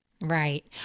Right